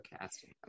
casting